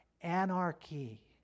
anarchy